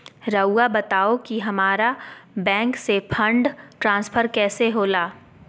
राउआ बताओ कि हामारा बैंक से फंड ट्रांसफर कैसे होला?